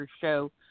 show